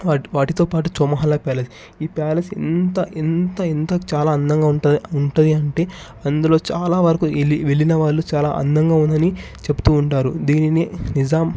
వాటితోపాటు Chowmahalla palace ఈ palace ఎంత ఎంత ఎంత చాలా అందంగా ఉంటుందో ఉంటుంది అంటే అందులో చాలా వరకు వెళ్ళిన వాళ్ళు చాలా అందంగా ఉందని చెప్తూ ఉంటారు దీనిని నిజాం